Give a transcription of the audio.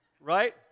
right